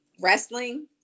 wrestling